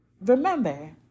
remember